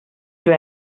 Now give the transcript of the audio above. too